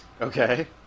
Okay